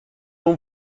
اون